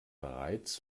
bereits